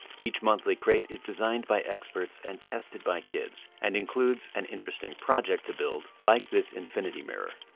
each monthly crate is designed by experts and tested by kids, and includes an interesting project to build like this infinity mirror.